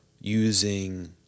using